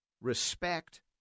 respect